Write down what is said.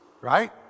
right